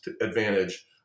advantage